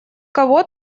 кого